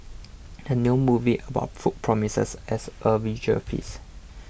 the new movie about food promises as a visual feast